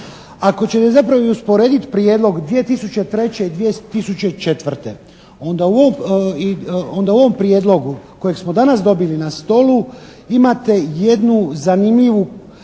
Ako ćete zapravo i usporediti prijedlog 2003. i 2004. onda u ovom prijedlogu koji smo danas dobili na stolu imate jednu zanimljivu